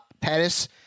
Pettis